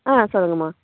ஆ சொல்லுங்கள்ம்மா